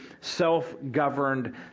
self-governed